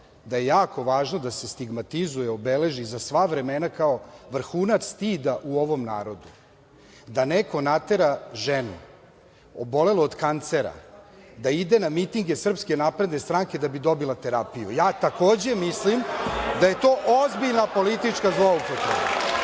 da je jako važno da se stigmatizuje i obeleži za sva vremena kao vrhunac stida u ovom narodu da neko natera ženu, obolelu od kancera, da ide na mitinge SNS da bi dobila terapiju. Takođe, mislim da je to ozbiljna politička zloupotreba,